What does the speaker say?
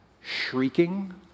shrieking